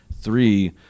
Three